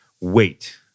wait